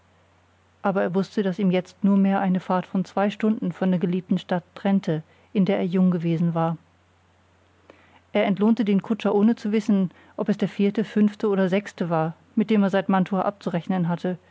aber er wußte daß ihn jetzt nur mehr eine fahrt von zwei stunden von der geliebten stadt trennte in der er jung gewesen war er entlohnte den kutscher ohne zu wissen ob es der vierte fünfte oder sechste war mit dem er seit mantua abzurechnen hatte